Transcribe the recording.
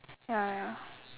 ya ya